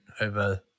over